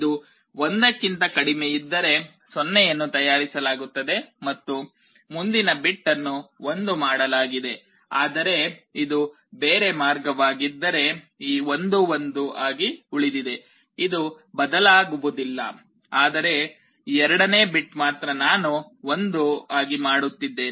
ಇದು 1 ಕ್ಕಿಂತ ಕಡಿಮೆಯಿದ್ದರೆ 0 ಅನ್ನು ತಯಾರಿಸಲಾಗುತ್ತದೆ ಮತ್ತು ಮುಂದಿನ ಬಿಟ್ ಅನ್ನು 1 ಮಾಡಲಾಗಿದೆ ಆದರೆ ಇದು ಬೇರೆ ಮಾರ್ಗವಾಗಿದ್ದರೆ ಈ 1 1 ಆಗಿ ಉಳಿದಿದೆ ಇದು ಬದಲಾಗುವುದಿಲ್ಲ ಆದರೆ ಎರಡನೇ ಬಿಟ್ ಮಾತ್ರ ನಾನು 1ಆಗಿ ಮಾಡುತ್ತಿದ್ದೇನೆ